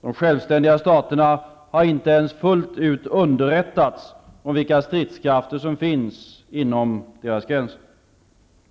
De självständiga staterna har inte ens fullt ut underrättats om vilka stridskrafter som finns inom deras gränser.